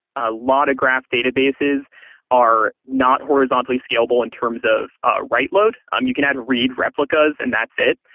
a lot of graph databases are not horizontally scalable in terms of ah write load. um you can add read replicas and that's it.